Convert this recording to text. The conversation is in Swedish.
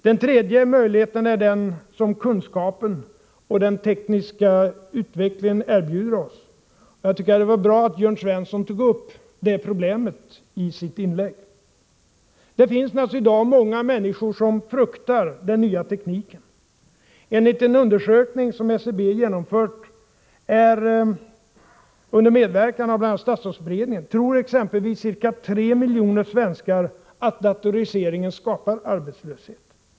Den tredje möjligheten är den som kunskapen och den tekniska utvecklingen erbjuder oss. Jag tycker det var bra att Jörn Svensson tog upp det problemet i sitt inlägg. Det finns naturligtvis i dag många människor som fruktar den nya tekniken. Enligt en undersökning som SCB genomfört under medverkan av bl.a. statsrådsberedningen tror exempelvis ca 3 miljoner svenskar att datoriseringen skapar arbetslöshet.